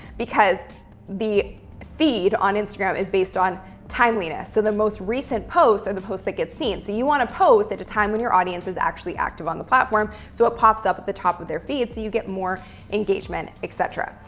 because the feed on instagram is based on timeliness. so the most recent posts, or the posts that get seen. so you want to post at a time when your audience is actually active on the platform, so it pops up at the top of their feeds, so and you get more engagement, etc.